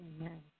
amen